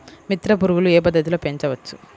మిత్ర పురుగులు ఏ పద్దతిలో పెంచవచ్చు?